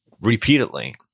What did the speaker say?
repeatedly